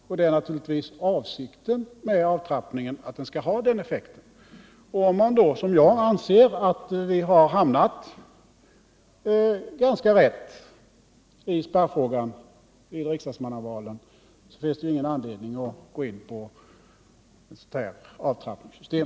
Avsikten med avtrappningen är naturligtvis att den skall ha just den effekten. Om man då, som jag anser att vi gjort, har hamnat ganska rätt i spärrfrågan vid riksdagsmannavalen finns det ingen anledning att gå in på ett avtrappningssystem.